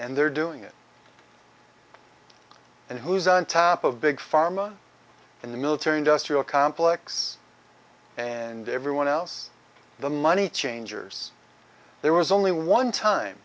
and they're doing it and who's on top of big pharma in the military industrial complex and everyone else the money changers there was only one time